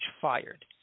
fired